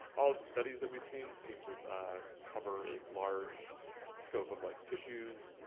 all of the studies that we've seen seem to cover a large scope of like tissues,